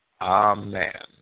Amen